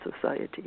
society